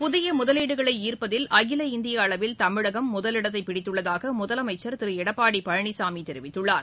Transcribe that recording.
புதிய முதலீடுகளை ஈர்ப்பதில் அகில இந்திய அளவில் தமிழகம் முதலிடத்தை பிடித்துள்ளதாக முதலமைச்சர் திரு எடப்பாடி பழனிசாமி தெரிவித்துள்ளார்